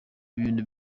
ibintu